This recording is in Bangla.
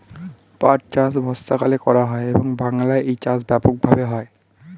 পাট চাষ বর্ষাকালে করা হয় এবং বাংলায় এই চাষ ব্যাপক ভাবে হয়